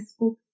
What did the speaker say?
Facebook